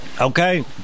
Okay